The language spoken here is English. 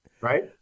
Right